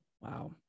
Wow